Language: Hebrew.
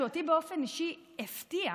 שאותי באופן אישי הפתיעה.